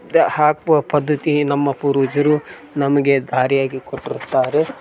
ಹಾಕುವ ಪದ್ಧತಿ ನಮ್ಮ ಪೂರ್ವಜರು ನಮಗೆ ಧಾರೆಯಾಗಿ ಕೊಟ್ಟಿರುತ್ತಾರೆ